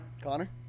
Connor